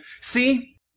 See